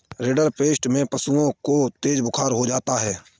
rinderpest में पशुओं को तेज बुखार हो जाता है